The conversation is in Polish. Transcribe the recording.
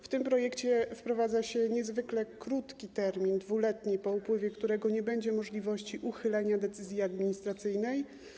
W tym projekcie wprowadza się niezwykle krótki termin 2-letni, po upływie którego nie będzie możliwości uchylenia decyzji administracyjnej.